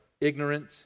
ignorant